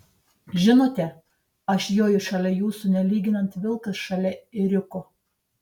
žinote aš joju šalia jūsų nelyginant vilkas šalia ėriuko